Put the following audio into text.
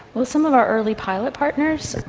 well, some of our early pilot partners,